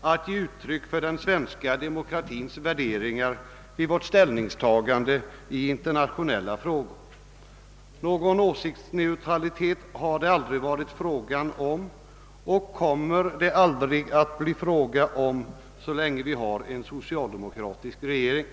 att ge uttryck för den svenska demokratins värderingar i vårt ställningstagande i internationella frågor. Någon åsiktsneutralitet har det aldrig varit och kommer aldrig att bli fråga om så länge vi har en socialdemokratisk regering.